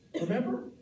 Remember